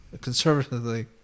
Conservatively